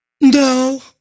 No